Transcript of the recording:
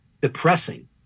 depressing